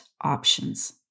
options